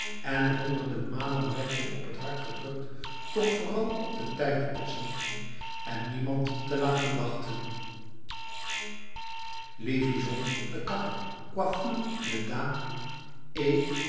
en honderden malen werd hun op het hart gedrukt toch vooral op den tijd te passen en niemand te laten wachten levison de kapper coiffeur de dames et